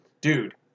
Dude